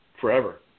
forever